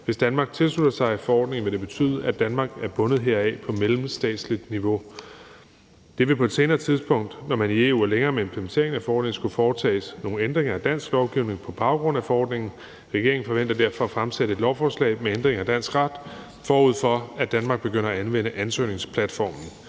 Hvis Danmark tilslutter sig forordningen, vil det betyde, at Danmark er bundet heraf på mellemstatsligt niveau. Der vil på et senere tidspunkt, når man i EU er længere med implementeringen af forordningen, skulle foretages nogle ændringer i dansk lovgivning på baggrund af forordningen. Regeringen forventer derfor at fremsætte et lovforslag om ændring af dansk ret, forud for at Danmark begynder at anvende ansøgningsplatformen.